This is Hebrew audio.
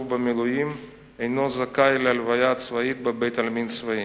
במילואים אינו זכאי להלוויה צבאית בבית-עלמין צבאי.